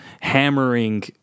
hammering